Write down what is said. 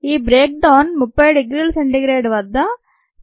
ఈ breakdown 30 degree c వద్ద 7